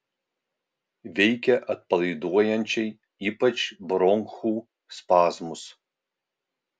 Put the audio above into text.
veikia atpalaiduojančiai ypač bronchų spazmus